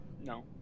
No